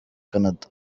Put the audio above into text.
canada